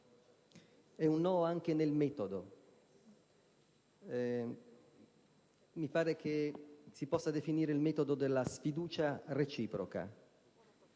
riguarda anche il metodo; mi sembra si possa definire il metodo della sfiducia reciproca.